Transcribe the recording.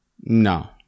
No